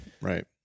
Right